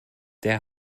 der